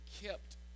kept